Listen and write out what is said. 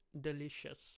delicious